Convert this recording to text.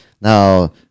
now